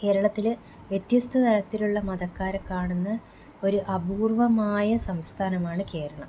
കേരളത്തിൽ വ്യത്യസ്ത തരത്തിലുള്ള മതക്കാരെ കാണുന്ന ഒര് അപൂര്വ്വമായ സംസ്ഥാനമാണ് കേരളം